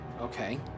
Okay